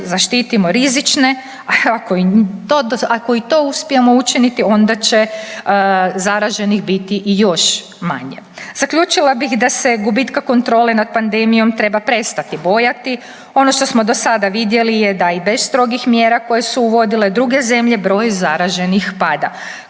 zaštitimo rizično, ako i to uspijemo učiniti onda će zaraženih biti još manje. Zaključila bih da se gubitka kontrole nad pandemijom treba prestati bojati. Ono što smo do sada vidjeli je da i bez strogih mjera koje su uvodile druge zemlje broj zaraženih pada.